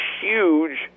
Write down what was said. huge